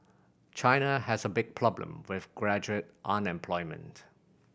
China has a big problem with graduate unemployment